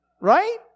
right